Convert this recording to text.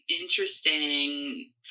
interesting